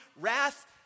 wrath